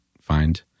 find